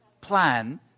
plan